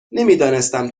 نمیدانستم